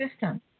system